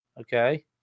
okay